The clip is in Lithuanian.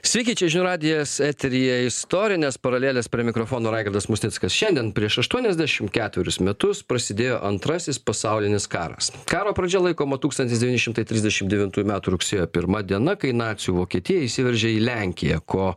sveiki čia žinių radijas eteryje istorinės paralelės prie mikrofono raigardas musnickas šiandien prieš aštuoniasdešim ketverius metus prasidėjo antrasis pasaulinis karas karo pradžia laikoma tūkstantis devyni šimtai trisdešim devintųjų metų rugsėjo pirma diena kai nacių vokietija įsiveržė į lenkiją ko